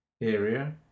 area